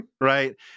Right